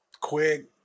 quick